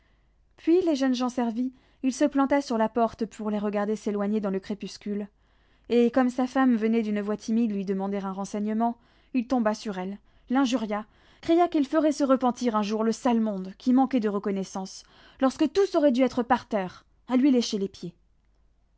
puis les jeunes gens servis il se planta sur la porte pour les regarder s'éloigner dans le crépuscule et comme sa femme venait d'une voix timide lui demander un renseignement il tomba sur elle l'injuria cria qu'il ferait se repentir un jour le sale monde qui manquait de reconnaissance lorsque tous auraient dû être par terre à lui lécher les pieds